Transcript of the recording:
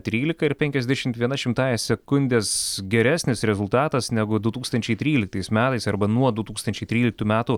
trylika ir penkiasdešimt viena šimtąja sekundės geresnis rezultatas negu du tūkstančiai tryliktais metais arba nuo du tūkstančiai tryliktų metų